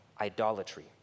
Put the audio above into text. idolatry